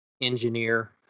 engineer